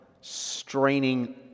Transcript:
straining